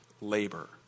labor